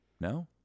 No